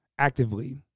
Actively